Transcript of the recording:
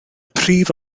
prif